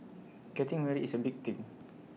getting married is A big thing